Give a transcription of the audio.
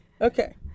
okay